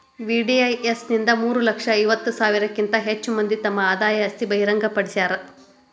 VDIS ಇಂದ ಮೂರ ಲಕ್ಷ ಐವತ್ತ ಸಾವಿರಕ್ಕಿಂತ ಹೆಚ್ ಮಂದಿ ತಮ್ ಆದಾಯ ಆಸ್ತಿ ಬಹಿರಂಗ್ ಪಡ್ಸ್ಯಾರ